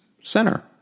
center